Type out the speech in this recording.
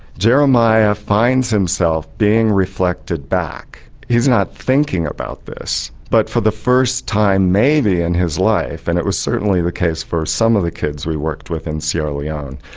jeremiah finds himself being reflected back. he's not thinking about this, but for the first time maybe in his life, and it was certainly the case for some of the kids we worked with in sierra leone,